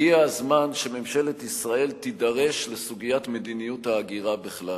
הגיע הזמן שממשלת ישראל תידרש לסוגיית מדיניות ההגירה בכלל.